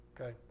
Okay